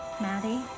Maddie